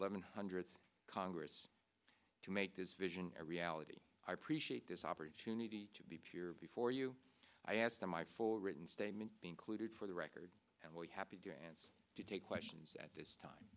eleven hundred congress to make this vision a reality i appreciate this opportunity to be pure before you i asked in my full written statement be included for the record and really happy dance to take questions at this time